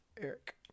Eric